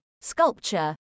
sculpture